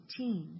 18